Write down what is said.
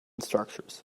structures